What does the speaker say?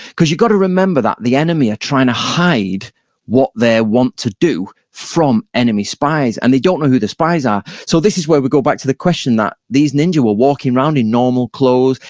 because you've got to remember the enemy are trying to hide what they want to do from enemy spies and they don't know who the spies are. so this is where we go back to the question that these ninja were walking around in normal clothes,